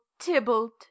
tybalt